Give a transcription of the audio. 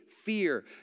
fear